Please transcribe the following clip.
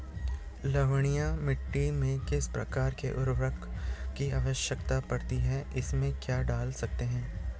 लवणीय मिट्टी में किस प्रकार के उर्वरक की आवश्यकता पड़ती है इसमें क्या डाल सकते हैं?